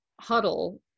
Huddle